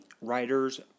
Writers